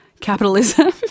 capitalism